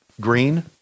Green